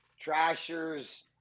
trashers